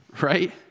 right